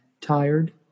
tired